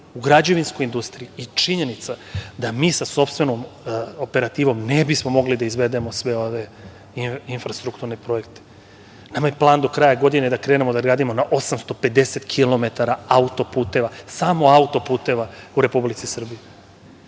u građevinskoj industriji i činjenica da mi sa sopstvenom operativom ne bismo mogli da izvedemo sve ove infrastrukturne projekte. Nama je plan do kraja godine da krenemo da gradimo 850 kilometara auto-puteva, samo auto-puteva u Republici Srbiji.